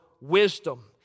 wisdom